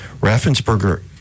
Raffensperger